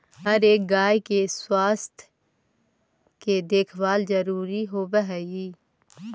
हर एक गाय के स्वास्थ्य के देखभाल जरूरी होब हई